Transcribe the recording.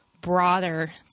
broader